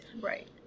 Right